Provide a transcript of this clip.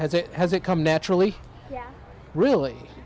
has it has it come naturally really